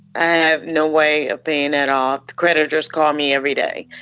i have no way of payin' that off. the creditors call me every day.